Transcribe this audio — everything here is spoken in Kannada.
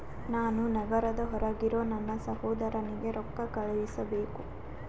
ನಾನು ನಗರದ ಹೊರಗಿರೋ ನನ್ನ ಸಹೋದರನಿಗೆ ರೊಕ್ಕ ಕಳುಹಿಸಬೇಕು